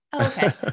Okay